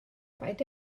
paid